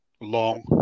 long